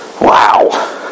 Wow